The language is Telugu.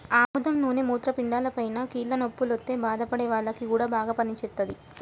ఆముదం నూనె మూత్రపిండాలపైన, కీళ్ల నొప్పుల్తో బాధపడే వాల్లకి గూడా బాగా పనిజేత్తది